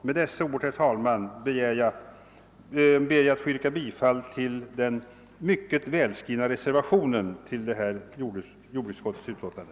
Med dessa ord, herr talman, ber jag att få yrka bifall till den mycket välskrivna reservationen till jordbruksutskottets utlåtande.